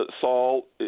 Saul